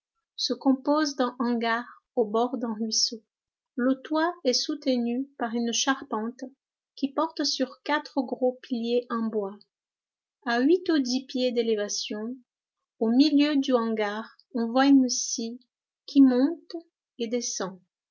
se compose d'un hangar au bord d'un ruisseau le toit est soutenu par une charpente qui porte sur quatre gros piliers en bois a huit ou dix pieds d'élévation au milieu du hangar on voit une scie qui monte et descend